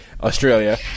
Australia